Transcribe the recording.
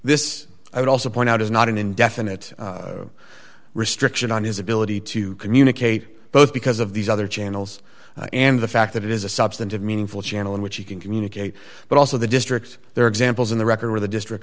this i would also point out is not an indefinite restriction on his ability to communicate both because of these other channels and the fact that it is a substantive meaningful channel in which he can communicate but also the district there are examples in the record where the district